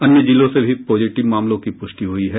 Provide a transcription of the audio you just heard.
अन्य जिलों से भी पाजिटिव मामलों की पुष्टि हुई है